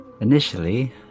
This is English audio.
initially